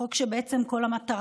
חוק שכל מטרתו,